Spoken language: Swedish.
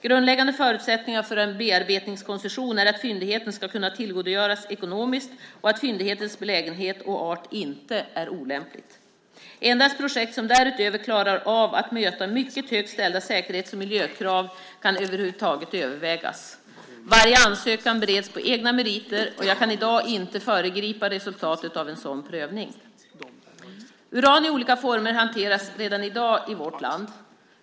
Grundläggande förutsättningar för en bearbetningskoncession är att fyndigheten ska kunna tillgodogöras ekonomiskt och att fyndighetens belägenhet och art inte är olämplig. Endast projekt som därutöver klarar av att möta mycket högt ställda säkerhets och miljökrav kan över huvud taget övervägas. Varje ansökan bereds på egna meriter, och jag kan i dag inte föregripa resultatet av en sådan prövning. Uran i olika former hanteras redan i dag i vårt land.